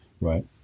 right